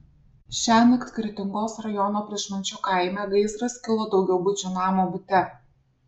šiąnakt kretingos rajono pryšmančių kaime gaisras kilo daugiabučio namo bute